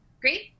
Great